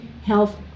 Health